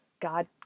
God